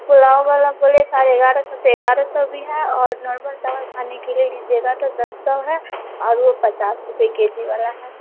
पुलाव वाला बोले साढ़े ग्यारह सौ तेरह सौ भी है और नॉर्मल चावल खाने के लिए लीजिएगा तो दस सौ है और वह पचास रूपये के जी वाला है